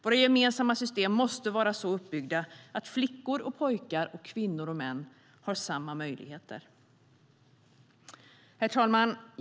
Våra gemensamma system måste vara så uppbyggda att flickor och pojkar, kvinnor och män, har samma möjligheter. Herr talman!